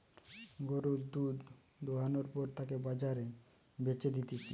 গরুর দুধ দোহানোর পর তাকে বাজারে বেচে দিতেছে